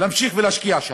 להמשיך ולהשקיע שם.